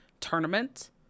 tournament